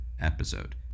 episode